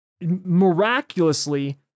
miraculously